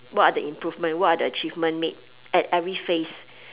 what are the improvement what are the achievement made at every phase